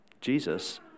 Jesus